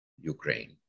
Ukraine